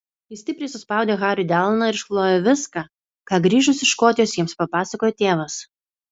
ji stipriai suspaudė hariui delną ir išklojo viską ką grįžus iš škotijos jiems papasakojo tėvas